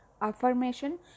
affirmation